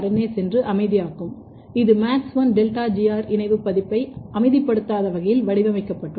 ஏ சென்று அமைதியாக்கும் இது MADS1 டெல்டா GR இணைவு பதிப்பை அமைதிப்படுத்தாத வகையில் வடிவமைக்கப்பட்டுள்ளது